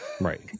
Right